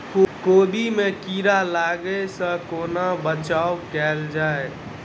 कोबी मे कीड़ा लागै सअ कोना बचाऊ कैल जाएँ?